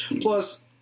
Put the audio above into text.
Plus